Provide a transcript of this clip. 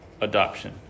adoption